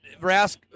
Rask